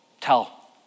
Tell